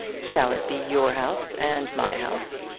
shall it be your house and my house?